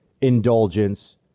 indulgence